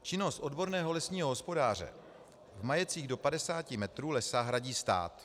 Činnost odborného lesního hospodáře v majetcích do 50 hektarů lesa hradí stát.